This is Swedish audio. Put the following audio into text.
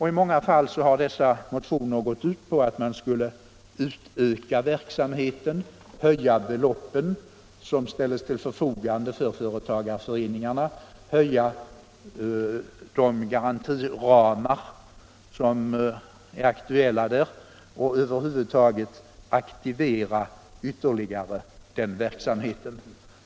I många fall har motionerna gått ut på att man skulle utöka verksamheten, öka beloppen som ställs till förfogande för företagarföreningarna, vidga de garantiramar som är aktuella där och över huvud taget ytterligare aktivera verksamheten.